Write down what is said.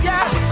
Yes